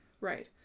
Right